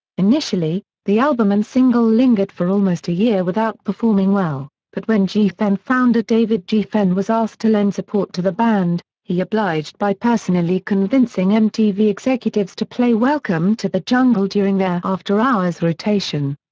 initially, the album and single lingered for almost a year without performing well, but when geffen founder david geffen was asked to lend support to the band, he obliged by personally convincing mtv executives to play welcome to the jungle during their after-hours rotation.